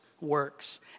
works